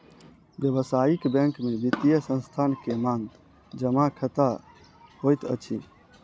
व्यावसायिक बैंक में वित्तीय संस्थान के मांग जमा खता होइत अछि